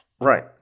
right